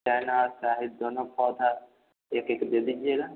China और साहित दोनों पौधा एक एक दे दीजिएगा